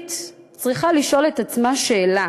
ארצות-הברית צריכה לשאול את עצמה שאלה: